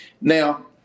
Now